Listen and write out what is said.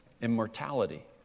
immortality